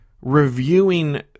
reviewing